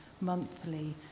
monthly